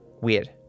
Weird